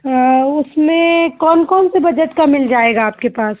उसमें कौन कौन से बजट का मिल जाएगा आपके पास